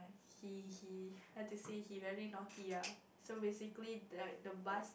he he how to say he very naughty ya so basically like the bus